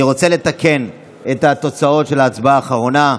אני רוצה לתקן את התוצאות של ההצבעה האחרונה.